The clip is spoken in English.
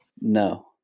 No